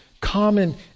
common